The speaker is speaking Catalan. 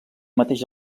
mateix